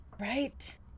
Right